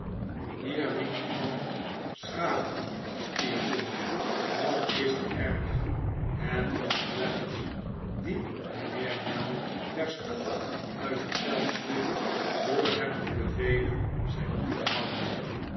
hier riep iemand schaam u steerforth dat is te erg het was traddles dien mijnheer mell terstond uit het veld sloeg door hem te bevelen zijn mond te houden